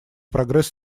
прогресс